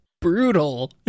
brutal